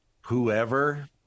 whoever